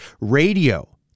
radio